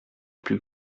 plus